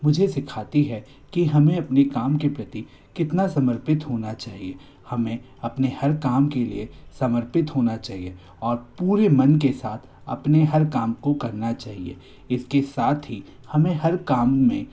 मुझे सिखाती है कि हमें अपने काम के प्रति कितना समर्पित होना चाहिए हमें अपने हर काम के लिए समर्पित होना चाहिए और पूरे मन के साथ अपने हर काम को करना चाहिए इसके साथ ही हमें हर काम में